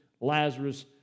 Lazarus